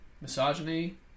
misogyny